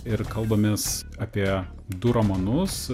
ir kalbamės apie du romanus